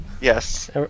Yes